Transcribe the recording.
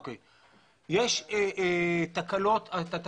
יש לך פילוח של התקלות, כמה מתוך